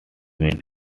meant